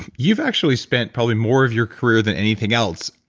you've actually spent probably more of your career than anything else,